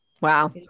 Wow